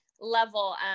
level